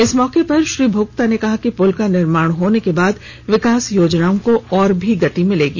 इस मौके पर श्री भोक्ता ने कहा कि पुल का निर्माण होने के बाद विकास योजनाओं को और भी गति मिलेगी